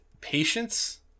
patience